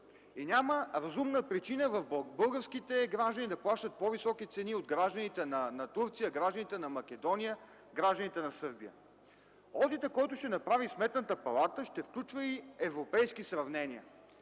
и няма разумна причина българските граждани да плащат по-високи цени от гражданите на Турция, на Македония, на Сърбия. Одитът, който ще направи Сметната палата, ще включва и европейски сравнения.